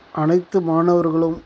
அனைத்து மாணவர்களும்